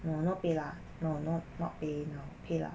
err not PayLah no no not PayNow PayLah